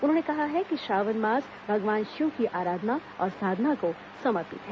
उन्होंने कहा है कि श्रावण मास भगवान शिव की आराधना और साधना को समर्पित है